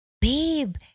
babe